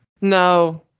No